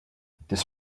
this